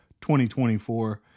2024